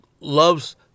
loves